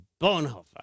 Bonhoeffer